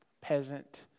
peasant